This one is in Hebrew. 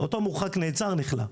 אותו מורחק נעצר, נכלא.